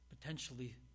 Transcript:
potentially